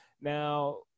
Now